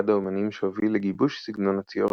אחד האמנים שהוביל לגיבוש סגנון הציור